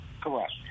Correct